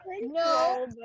No